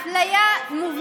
תגידו לנו איפה?